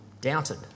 doubted